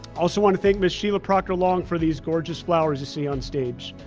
also wanna thank miss sheila proctor-long for these gorgeous flowers you see on stage.